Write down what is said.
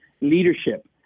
leadership